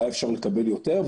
והיה אפשר לקבל יותר.